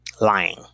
lying